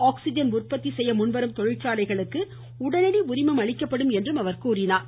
oxygen உற்பத்தி செய்ய முன்வரும் தொழிற்சாலைகளுக்கு உடனடி உரிமம் அளிக்கப்படும் என்றார்